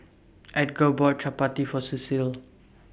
Edgar bought Chapati For Cecil